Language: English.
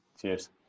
Cheers